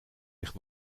ligt